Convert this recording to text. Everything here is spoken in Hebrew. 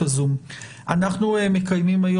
בוקר טוב לכולם,